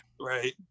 right